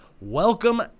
welcome